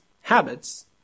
habits